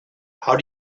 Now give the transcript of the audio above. how